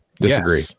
Disagree